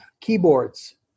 keyboards